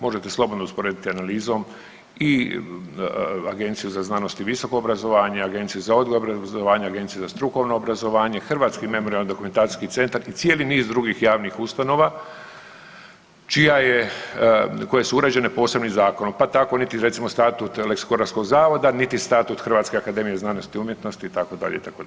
Možete slobodno usporediti analizom i Agenciju za znanost i visoko obrazovanje i Agenciju za odgoj i obrazovanje, Agenciju za strukovno obrazovanje, Hrvatski memorijalno-dokumentacijski centar i cijeli niz drugih javnih ustanova čija je, koje su uređene posebnim zakonom pa tako niti, recimo statut Leksikografski zavoda niti status Hrvatske akademije znanosti i umjetnosti, itd., itd.